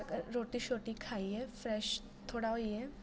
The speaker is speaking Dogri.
रोटी शोटी खाइयै फ्रेश थोह्ड़ा होइयै